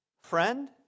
Friend